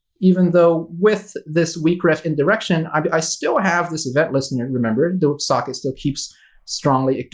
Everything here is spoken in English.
even though with this weakref indirection i still have this event listener, remember, the socket still keeps strongly.